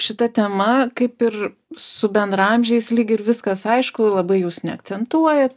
šita tema kaip ir su bendraamžiais lyg ir viskas aišku labai jūs neakcentuojat